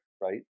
right